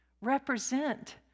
represent